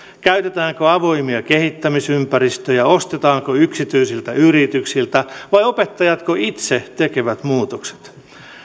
käytetäänkö avoimia kehittämisympäristöjä ostetaanko yksityisiltä yrityksiltä vai opettajatko itse tekevät muutokset